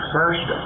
First